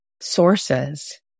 sources